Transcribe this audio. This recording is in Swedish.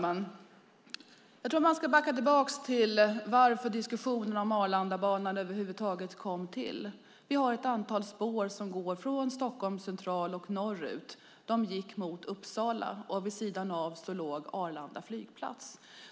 Fru talman! Vi kan backa tillbaka och se varför diskussionerna om Arlandabanan över huvud taget kom upp. Det fanns ett antal spår från Stockholms central och norrut. De gick mot Uppsala, och vid sidan om låg Arlanda flygplats.